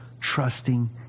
trusting